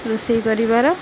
ରୋଷେଇ କରିବାର